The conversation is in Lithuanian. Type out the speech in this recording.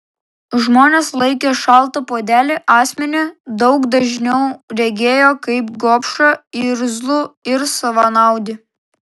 žmonės laikę šaltą puodelį asmenį daug dažniau regėjo kaip gobšą irzlų ir savanaudį